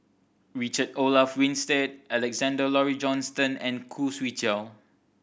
Richard Olaf Winstedt Alexander Laurie Johnston and Khoo Swee Chiow